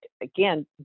again